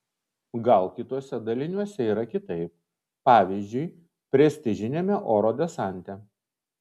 gal kituose daliniuose yra kitaip pavyzdžiui prestižiniame oro desante